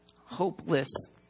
hopeless